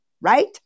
right